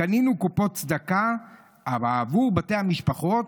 קנינו קופות צדקה בעבור בתי המשפחות,